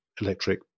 electric